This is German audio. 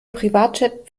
privatjet